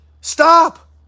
Stop